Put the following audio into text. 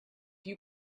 you